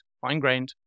fine-grained